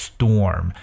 Storm